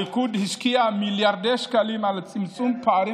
הליכוד השקיע מיליארדי שקלים בצמצום פערים